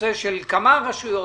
בנושא של כמה רשויות,